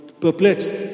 perplexed